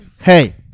hey